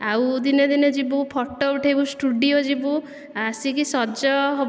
ଆଉ ଦିନେ ଦିନେ ଯିବୁ ଫଟୋ ଉଠେଇବୁ ଷ୍ଟୁଡ଼ିଓ ଯିବୁ ଆସିକି ସଜ ହେବା